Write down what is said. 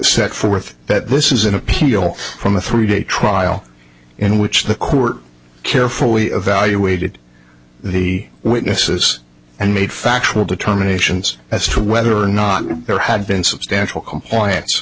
set forth that this is an appeal from a three day trial in which the court carefully evaluated the witnesses and made factual determinations as to whether or not there had been substantial compliance